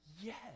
yes